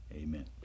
amen